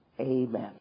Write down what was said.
Amen